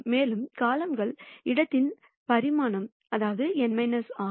மேலும் காலம்கள் இடத்தின் பரிமாணம் n r